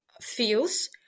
feels